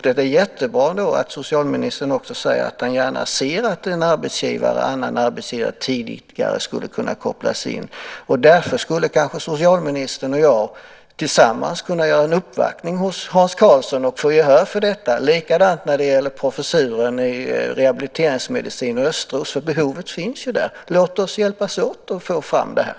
Det är väl jättebra att socialministern också säger att han gärna ser att en annan arbetsgivare tidigare skulle kunna kopplas in. Därför skulle kanske socialministern och jag tillsammans kunna göra en uppvaktning hos Hans Karlsson och få gehör för detta, och likadant när det gäller professuren i rehabiliteringsmedicin och Östros. Behovet finns ju där. Låt oss hjälpas åt och få fram det här!